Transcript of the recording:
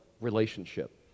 relationship